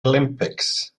olympics